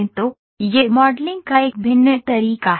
तो यह मॉडलिंग का एक भिन्न तरीका है